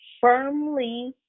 firmly